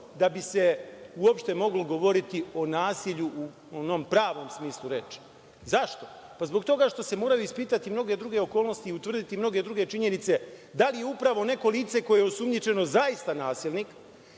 da bi se uopšte moglo govoriti o nasilju u onom pravom smislu reči. Zašto? Pa zbog toga što se moraju ispitati mnoge druge okolnosti i utvrditi mnoge druge činjenice, da li upravo neko lice koje je osumnjičeno zaista nasilnik,